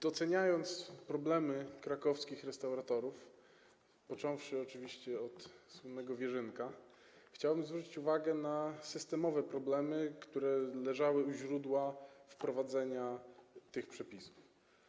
Dostrzegając problemy krakowskich restauratorów, począwszy oczywiście od słynnego Wierzynka, chciałbym zwrócić uwagę na systemowe problemy, które leżały u źródła wprowadzenia tych przepisów.